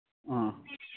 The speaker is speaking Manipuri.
ꯑꯥ